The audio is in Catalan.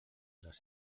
les